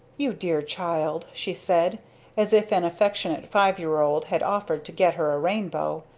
you dear child! she said as if an affectionate five-year old had offered to get her a rainbow,